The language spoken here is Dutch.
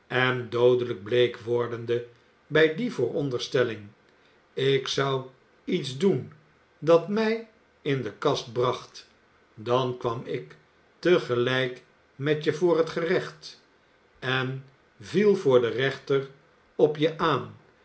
doodelijk bleek wordende bij die vooronderstelling ik zou iets doen dat mij in de kast bracht dan kwam ik te gelijk met je voor het gerecht en viel voor den rechter op je aan